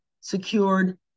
secured